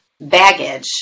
baggage